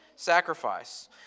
Sacrifice